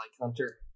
Hunter